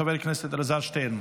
חבר הכנסת אלעזר שטרן.